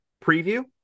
preview